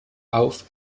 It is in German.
auf